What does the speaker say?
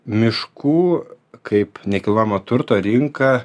miškų kaip nekilnojamo turto rinka